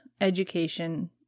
education